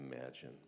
imagine